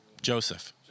joseph